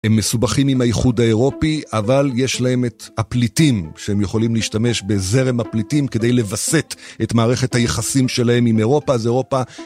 הם מסובכים עם האיחוד האירופי, אבל יש להם את הפליטים, שהם יכולים להשתמש בזרם הפליטים כדי לווסת את מערכת היחסים שלהם עם אירופה, אז אירופה